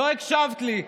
לא הקשבת לי.